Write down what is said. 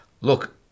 look